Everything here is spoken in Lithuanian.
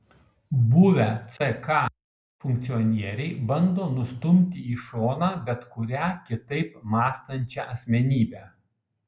buvę ck funkcionieriai bando nustumti į šoną bet kurią kitaip mąstančią asmenybę